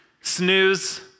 snooze